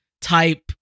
type